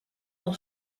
del